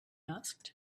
asked